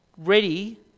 ready